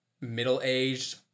middle-aged